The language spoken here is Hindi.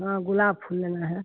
हाँ गुलाब फूल लेना है